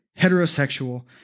heterosexual